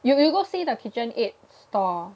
you you go see the KitchenAid store